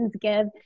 give